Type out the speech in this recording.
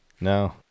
no